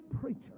preacher